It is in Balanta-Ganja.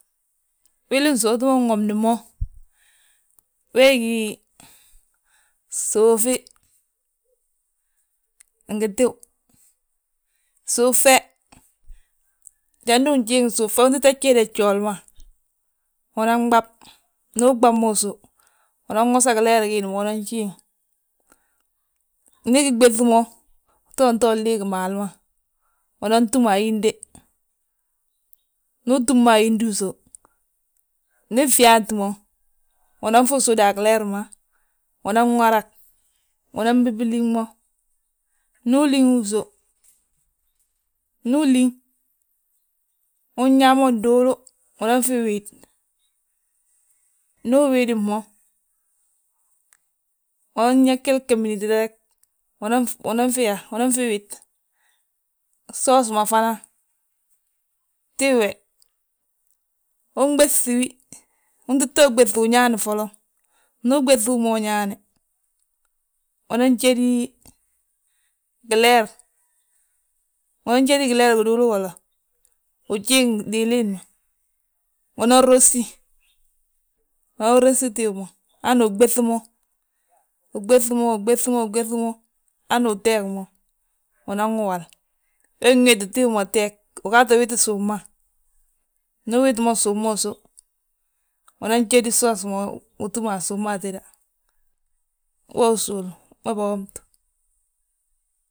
Wili nsówti ma nwomni mo, wee gí suufi, ngi tíw, suuf fe. Jandi ujiiŋ suufe untita jéde gjooli ma, unan ɓab. Ndu uɓab mo usów, unan wosa gileer giindi ma, unan jiiŋ, Ndi giɓéŧ mo, utooti liigi maalu ma, unan túm ayinde, ndu utúm mo ayindi usów. Ndi fyaati mo, unan fi sud a gileer ma, unan warag, unan bibiliŋ mo. Ndu ulíŋ usów, ndu uliŋ unyaa mo nduulu, unan fi wid, ndu uwidif mo, unan yaa reg unanfi yaa, unanfi wit. Soos ma fana, tíw we, unɓéŧ, untita wi ɓéŧi wi ñaani ma foloŋ, ndu uɓéŧi wi mo uñaane, unan jédi gileer, unan jédi gileer giduulu golla, ujiiŋ diwilin, unan rosi, unan rosi tíw ma hanu uɓéŧ mo, uɓéŧi mo, uɓéŧi mo, uɓéŧi mo, hanu uteeg mo, unan wi wal,. We ŋéeti tíw ma teeg ugaata witi suuf ma. Ndu uwiti ma suuf ma usów, unan jédi soos ma utúm a suuf ma atéda, we usowlu, ma bawomtu.